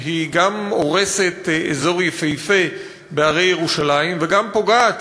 שהיא גם הורסת אזור יפהפה בהרי ירושלים וגם פוגעת